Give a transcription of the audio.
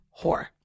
whore